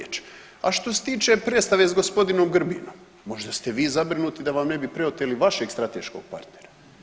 A što se tiče predstave s gospodinom Grbinom, možda ste vi zabrinuti da vam ne bi preoteli vašeg strateškog partnera.